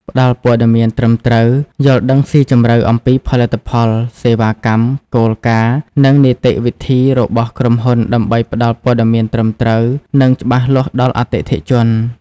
ផ្ដល់ព័ត៌មានត្រឹមត្រូវ យល់ដឹងស៊ីជម្រៅអំពីផលិតផល សេវាកម្ម គោលការណ៍ និងនីតិវិធីរបស់ក្រុមហ៊ុនដើម្បីផ្ដល់ព័ត៌មានត្រឹមត្រូវ និងច្បាស់លាស់ដល់អតិថិជន។